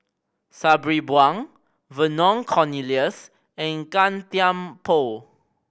Sabri Buang Vernon Cornelius and Gan Thiam Poh